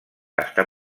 està